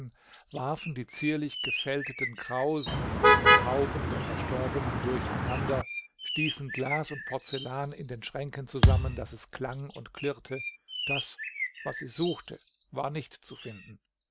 warfen die zierlich gefältelten krausen und hauben der verstorbenen durcheinander stießen glas und porzellan in den schränken zusammen daß es klang und klirrte das was sie suchte war nicht zu finden